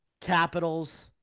Capitals